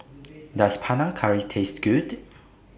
Does Panang Curry Taste Good